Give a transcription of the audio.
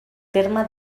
terme